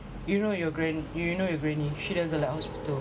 you know your gran~ you know your granny she doesn't like hospital